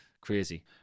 Crazy